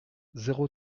zéro